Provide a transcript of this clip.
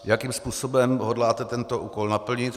Jakým způsobem hodláte tento úkol naplnit?